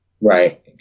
Right